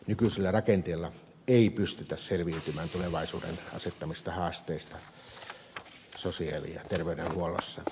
nykyisillä rakenteilla ei pystytä selviytymään tulevaisuuden asettamista haasteista sosiaali ja terveydenhuollossa